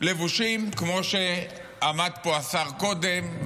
לבושים כמו שעמד פה השר קודם.